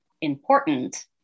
important